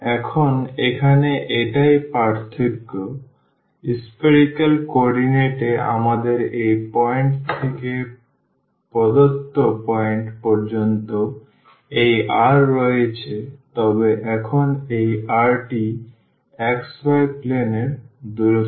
এখন এখানে এটাই পার্থক্য spherical কোঅর্ডিনেট এ আমাদের এই পয়েন্ট থেকে প্রদত্ত পয়েন্ট পর্যন্ত এই r রয়েছে তবে এখন এই r টি xy প্লেন এর দূরত্ব